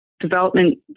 development